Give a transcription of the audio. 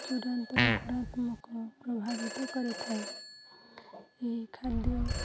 ଚୂଡ଼ାନ୍ତର ଗୁଣାତ୍ମକ ପ୍ରଭାବିତ କରିଥାଏ ଏହି ଖାଦ୍ୟ